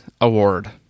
award